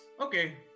Okay